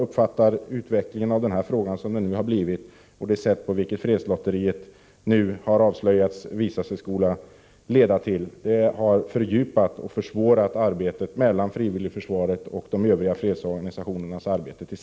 Dessa svårigheter har enligt min uppfattning fördjupats och förvärrats på grund av den utveckling frågan har fått sedan det nu avslöjats vad fredslotteriet kan komma att leda till.